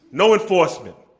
no enforcement.